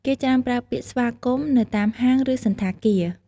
គេច្រើនប្រើពាក្យស្វាគមន៍ នៅតាមហាង ឬសណ្ឋាគារ ។